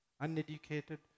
uneducated